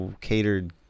catered